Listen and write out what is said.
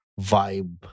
vibe